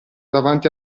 davanti